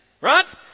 Right